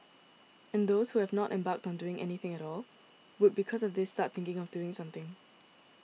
and those who have not embarked on doing anything at all would because of this start thinking of doing something